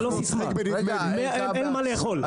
זה לא סיסמה, אין מה לאכול.